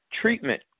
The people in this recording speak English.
treatment